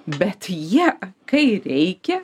bet jie kai reikia